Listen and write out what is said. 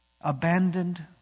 abandoned